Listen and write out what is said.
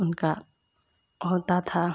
उनका होता था